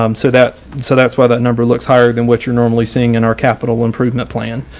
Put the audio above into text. um so that so that's why that number looks higher than what you're normally seeing in our capital improvement plan.